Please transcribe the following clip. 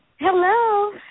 Hello